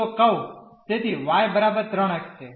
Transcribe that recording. તો કર્વ તેથી y બરાબર 3 x છે